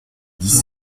dix